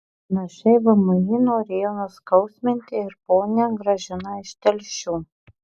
panašiai vmi norėjo nuskausminti ir ponią gražiną iš telšių